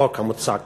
החוק המוצע כאן.